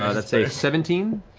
ah that's a seventeen.